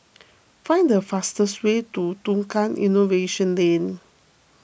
find the fastest way to Tukang Innovation Lane